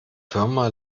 firma